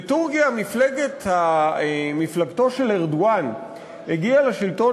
בטורקיה מפלגתו של ארדואן הגיעה לשלטון